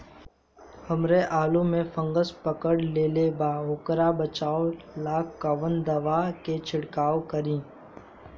हमरा आलू में फंगस पकड़ लेले बा वोकरा बचाव ला कवन दावा के छिरकाव करी?